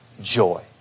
joy